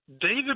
David